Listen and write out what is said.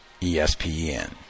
espn